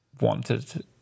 wanted